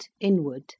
inward